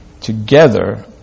together